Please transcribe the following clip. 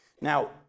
Now